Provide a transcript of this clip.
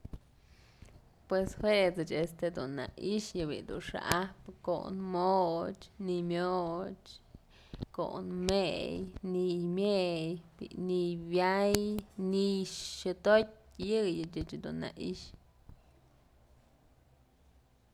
Pues juech este dun na i'ixë yëdun xa'ajpë kon moch, ni'iy myoch, kon mey, ni'iy myey, bi'i ni'iy wyay, ni'iy xëdotyë yëyë ech dun na i'ixë.